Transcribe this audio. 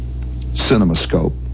Cinemascope